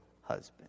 husband